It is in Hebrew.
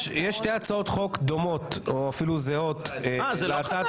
יש שתי הצעות חוק דומות או אפילו זהות -- זה לא חדש?